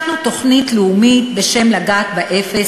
השקנו תוכנית לאומית בשם "לגעת באפס",